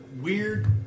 weird